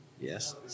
Yes